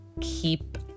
keep